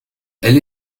elle